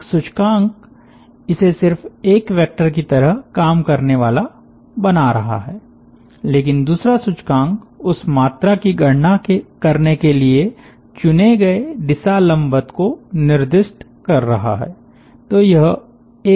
एक सूचकांक इसे सिर्फ एक वेक्टर की तरह काम करने वाला बना रहा है लेकिन दूसरा सूचकांक उस मात्रा की गणना करने के लिए चुने गए दिशा लंबवत को निर्दिष्ट कर रहा है